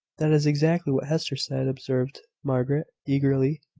that is exactly what hester said, observed margaret, eagerly.